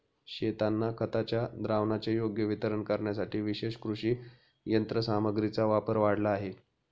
शेतांना खताच्या द्रावणाचे योग्य वितरण करण्यासाठी विशेष कृषी यंत्रसामग्रीचा वापर वाढला आहे